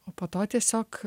o po to tiesiog